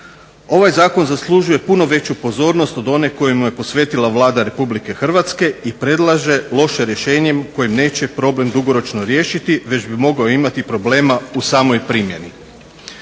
Ovaj zakon zaslužuje puno veću pozornost od one koje mu je posvetila Vlada Republike Hrvatske i predlaže loše rješenje kojim neće problem dugoročno riješiti već bi mogao imati problema u samoj primjeni.